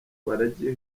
baragiye